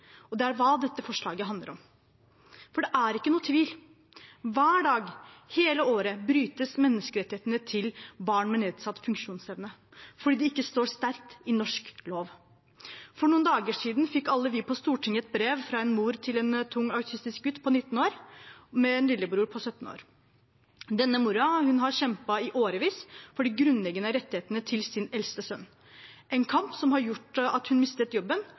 Og det er hva dette forslaget handler om. For det er ikke noen tvil: Hver dag, hele året, brytes menneskerettighetene til barn med nedsatt funksjonsevne fordi de ikke står sterkt i norsk lov. For noen dager siden fikk alle vi på Stortinget et brev fra en mor til en tungt autistisk gutt på 19 år med en lillebror på 17 år. Denne moren har kjempet i årevis for de grunnleggende rettighetene til sin eldste sønn, en kamp som har gjort at hun mistet jobben